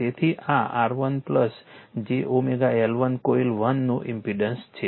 તેથી આ R1 j L1 coil 1 નું ઇમ્પેડન્સ છે